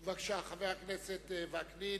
בבקשה, חבר הכנסת וקנין,